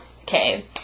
Okay